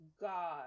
God